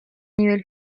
nivel